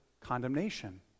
condemnation